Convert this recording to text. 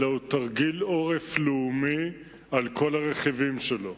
אלא הוא תרגיל עורף לאומי על כל הרכיבים שלו.